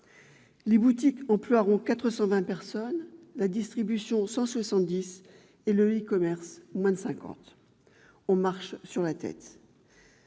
les boutiques emploieront 420 personnes, la distribution 170 et le e-commerce moins de 50. On marche sur la tête.